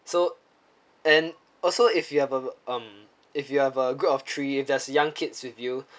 so and also if you have a um if you have a group of three if there's young kids with you